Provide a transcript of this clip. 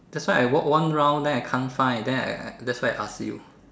that's why I walked one round I can't find then that's why I asked you